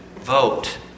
Vote